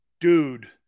Dude